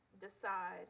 decide